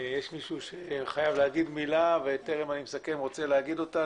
יש מישהו שחייב לומר עוד משהו לפני שאני מסכם ונועל את הדיון?